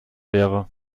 wäre